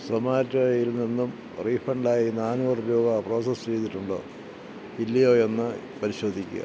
സൊമാറ്റോയിൽ നിന്നും റീഫണ്ടായി നാനൂറ് രൂപ പ്രോസസ്സ് ചെയ്തിട്ടുണ്ടോ ഇല്ലയോയെന്ന് പരിശോധിക്കുക